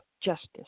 justice